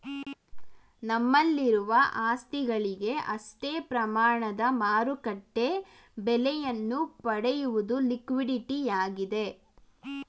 ನಮ್ಮಲ್ಲಿರುವ ಆಸ್ತಿಗಳಿಗೆ ಅಷ್ಟೇ ಪ್ರಮಾಣದ ಮಾರುಕಟ್ಟೆ ಬೆಲೆಯನ್ನು ಪಡೆಯುವುದು ಲಿಕ್ವಿಡಿಟಿಯಾಗಿದೆ